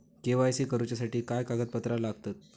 KYC करूच्यासाठी काय कागदपत्रा लागतत?